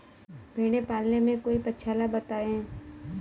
भेड़े पालने से कोई पक्षाला बताएं?